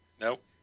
Nope